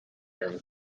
orm